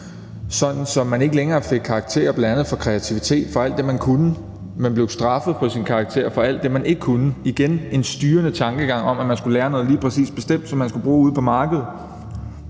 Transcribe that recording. sådan at man ikke længere fik karakterer for bl.a. kreativitet og for alt det, man kunne, men blev straffet i forhold til ens karakterer for alt det, man ikke kunne. Igen var det en styrende tankegang om, at man lige præcis skulle lære noget bestemt, som man skulle bruge ude på arbejdsmarkedet.